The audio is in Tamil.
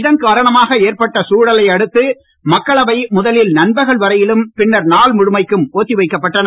இதன் காரணமாக ஏற்பட்ட சூழலை அடுத்து மக்களவை முதலில் நண்பகல் வரையிலும் பின்னர் நாள் முழுமைக்கும் ஒத்தி வைக்கப்பட்டது